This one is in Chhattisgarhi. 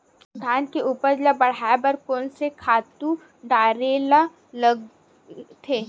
धान के उपज ल बढ़ाये बर कोन से खातु डारेल लगथे?